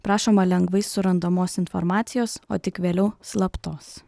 prašoma lengvai surandamos informacijos o tik vėliau slaptos